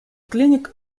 clinic